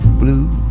blue